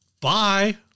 bye